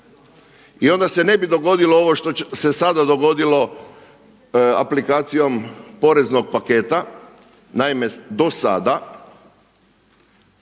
i onda se ne bi dogodilo ovo što se sada dogodilo aplikacijom poreznog paketa. Naime, do sada